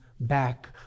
back